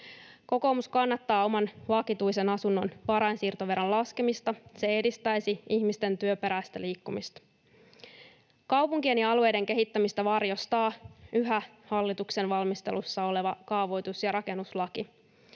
Kokoomus kannattaa oman vakituisen asunnon varainsiirtoveron laskemista. Se edistäisi ihmisten työn perässä liikkumista. Kaupunkien ja alueiden kehittämistä varjostaa yhä hallituksen valmistelussa oleva kaavoitus- ja rakennuslaki.